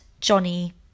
Johnny